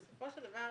בסופו של דבר